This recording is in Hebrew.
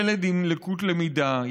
ילד עם לקות למידה.